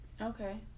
Okay